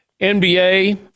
NBA